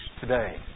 today